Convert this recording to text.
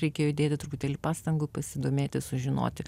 reikėjo įdėti truputėlį pastangų pasidomėti sužinoti